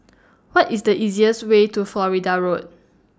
What IS The easiest Way to Florida Road